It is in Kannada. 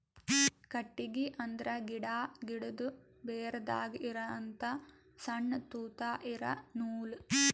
ಕಟ್ಟಿಗಿ ಅಂದ್ರ ಗಿಡಾ, ಗಿಡದು ಬೇರದಾಗ್ ಇರಹಂತ ಸಣ್ಣ್ ತೂತಾ ಇರಾ ನೂಲ್